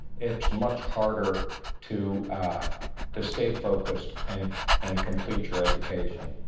it's much harder to to stay focused and and complete your education.